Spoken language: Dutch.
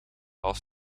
als